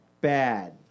Bad